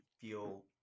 feel